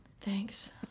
thanks